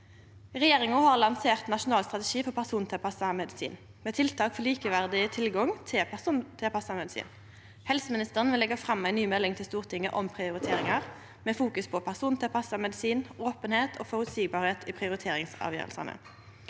Regjeringa har lansert Nasjonal strategi for persontilpassa medisin, med tiltak for likeverdig tilgang til persontilpassa medisin. Helseministeren vil leggje fram ei ny melding til Stortinget om prioriteringar, med vekt på persontilpassa medisin, openheit og føreseielege prioriteringsavgjerder.